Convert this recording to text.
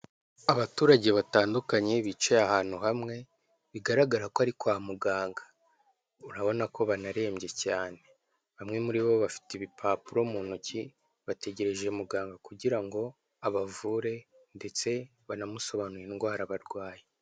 Abaturage batandukanye bicaye ahantu hamwe bigaragare ko ari kwa muganga, urabona ko banarembye cyane, bamwe bafite ibipapuro mu ntoki urabona ko bategereje muganga kugira ngo abavure ndetse bamusobanurire indwara barwaye.